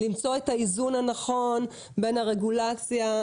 למצוא את האיזון הנכון בין הרגולציה,